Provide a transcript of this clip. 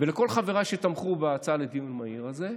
וכל חבריי שתמכו בהצעה לדיון מהיר הזה,